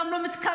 גם לא מתכוונים.